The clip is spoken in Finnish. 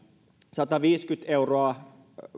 sataviisikymmentä euroa